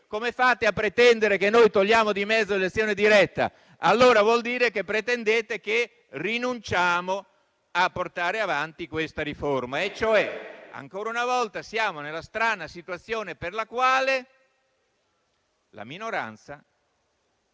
Come fate a pretendere che noi togliamo di mezzo l'elezione diretta? Allora vuol dire che pretendete che rinunciamo a portare avanti questa riforma. E, cioè, ancora una volta siamo nella strana situazione per la quale la minoranza